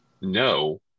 no